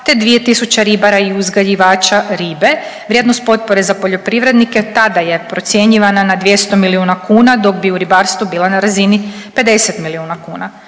te 2000 ribara i uzgajivača ribe. Vrijednost potpore za poljoprivrednike tada je procjenjivana na 200 milijuna kuna dok bi u ribarstvu bila na razini 50 milijuna kuna.